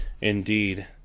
Indeed